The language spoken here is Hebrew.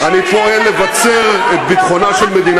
אם לא פינית שטח, לא עשית.